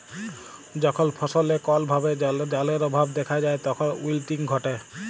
যখল ফসলে কল ভাবে জালের অভাব দ্যাখা যায় তখল উইলটিং ঘটে